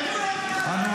כולם